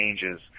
changes